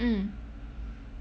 mm